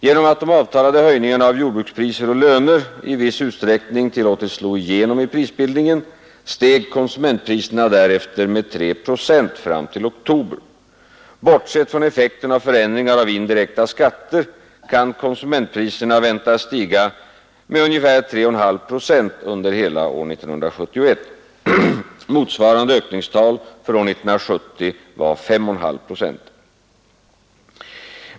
Genom att de avtalade höjningarna av jordbrukspriser och löner i viss utsträckning tillåtits slå igenom i prisbildningen steg konsumentpriserna därefter med 3 procent fram till oktober. Bortsett från effekten av förändringar av indirekta skatter kan konsumentpriserna väntas stiga med ca 3,5 procent under hela år 1971. Motsvarande ökningstal för år 1970 var 5,5 procent.